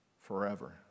forever